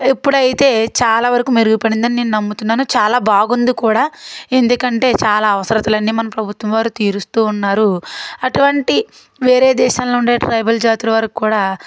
ఇప్పుడైతే చాలా వరకు మెరుగుపడిందని నేను నమ్ముతున్నాను చాలా బాగుంది కూడా ఎందుకంటే చాలా అవసరాలన్నీ మన ప్రభుత్వం వారు తీరుస్తూ ఉన్నారు అటువంటి వేరే దేశంలో ఉండే ట్రైబల్ జాతుల వారికి కూడా